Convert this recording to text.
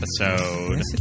episode